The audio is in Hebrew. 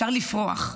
אפשר לפרוח.